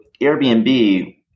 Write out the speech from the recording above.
Airbnb